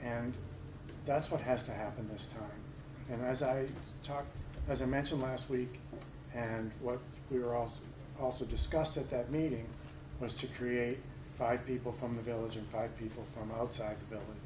and that's what has to happen this time and as i was talking as i mentioned last week and what we're also also discussed at that meeting was to create five people from the village and five people from outside the building